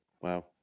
Wow